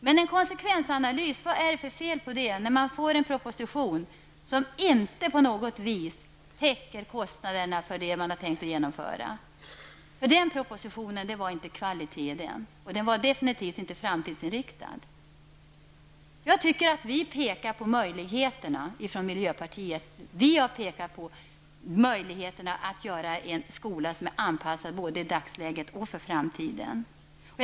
Vad är det för fel på att göra en konsekvensanalys när det läggs fram en proposition som inte täcker kostnaderna för det man har tänkt genomföra. Propositionen var inte av god kvalitet och definitivt inte framtidsinriktad. Jag tycker att vi i miljöpartiet pekar på möjligheterna att få en skola som är anpassad både till dagens och framtidens krav.